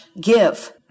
give